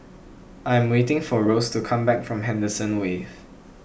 I am waiting for Rose to come back from Henderson Wave